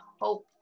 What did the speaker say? hope